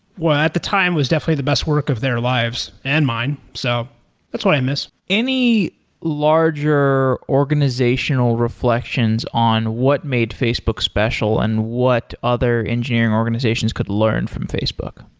well, at the time was definitely the best work of their lives, and mine. so that's what i miss. any larger organizational reflections on what made facebook special and what other engineering organizations could learn from facebook?